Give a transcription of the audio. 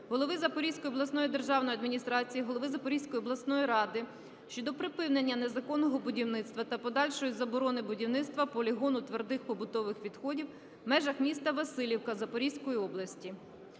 голови Запорізької обласної державної адміністрації, голови Запорізької обласної ради щодо припинення незаконного будівництва та подальшої заборони будівництва полігону твердих побутових відходів в межах міста Василівка Запорізької області.